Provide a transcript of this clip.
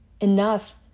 enough